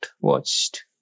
watched